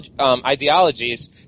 ideologies